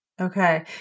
Okay